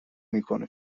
میکنه